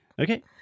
Okay